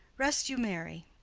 rest you merry!